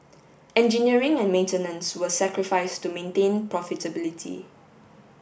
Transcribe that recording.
engineering and maintenance were sacrificed to maintain profitability